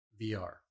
VR